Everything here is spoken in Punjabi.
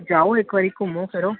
ਜਾਓ ਇਕ ਵਾਰੀ ਘੁੰਮੋ ਫਿਰੋ